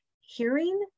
hearing